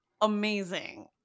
amazing